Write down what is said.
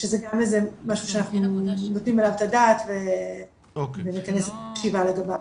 שזה גם משהו שאנחנו נותנים עליו את הדעת ונכנס ישיבה לגביו.